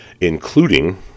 Including